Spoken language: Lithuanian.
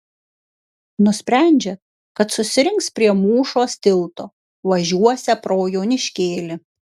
nusprendžia kad susirinks prie mūšos tilto važiuosią pro joniškėlį